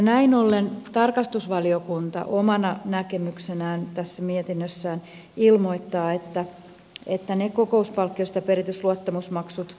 näin ollen tarkastusvaliokunta omana näkemyksenään tässä mietinnössään ilmoittaa että ne kokouspalkkioista perityt luottamusmaksut